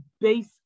base